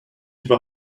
dva